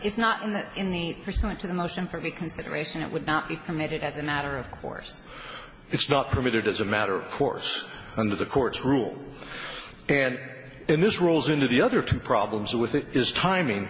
it's not in the site to the most important consideration it would not be permitted as a matter of course it's not permitted as a matter of course under the courts rule and in this rolls into the other two problems with it is timing